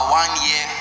one-year